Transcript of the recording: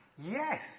Yes